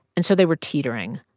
and so they were teetering,